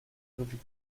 wie